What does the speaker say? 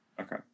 Okay